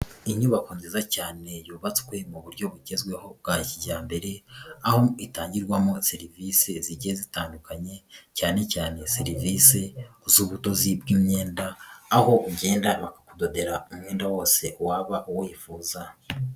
Inyubako nziza cyane yubatswe mu buryo bugezweho bwa kijyambere, aho itangirwamo serivisi zigiye zitandukanye, cyane cyane serivisi z'ubudozi bw'imyenda, aho ugenda bakakudodera umwenda wose waba wifuza.